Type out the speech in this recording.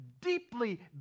deeply